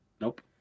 Nope